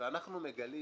ואנחנו מגלים